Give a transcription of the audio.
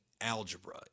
algebra